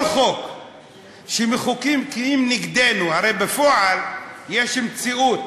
כל חוק שמחוקקים נגדנו, הרי בפועל יש מציאות